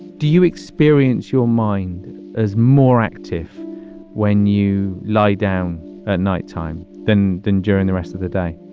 do you experience your mind as more active when you lie down at nighttime then, than during the rest of the day?